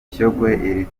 shyogwe